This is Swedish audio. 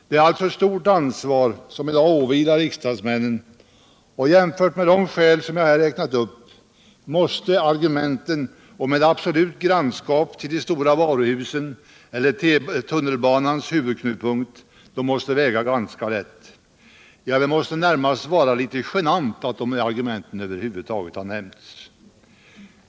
Det är alltså ett stort ansvar som i dag åvilar riksdagsmännen, och jämfört med de skäl som jag här räknat upp måste argumenten om ett absolut grannskap till de stora varuhusen eller T-banans huvudknutpunkt väga ganska lätt — ja, det måste närmast vara litet genant att de här argumenten över huvud taget har nämnts.